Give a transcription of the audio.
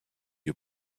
you